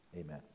amen